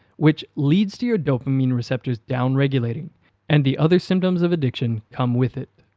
which leads to your dopamine receptors downregulating and the other symptoms of addiction come with it.